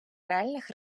реальних